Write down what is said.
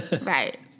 Right